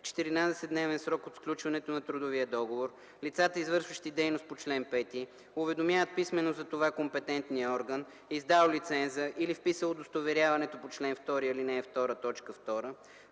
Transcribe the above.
14-дневен срок от сключването на трудовия договор лицата, извършващи дейност по чл. 5, уведомяват писмено за това компетентния орган, издал лиценза или вписал удостоверяването по чл. 2, ал. 2, т. 2,